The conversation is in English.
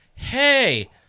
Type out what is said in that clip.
Hey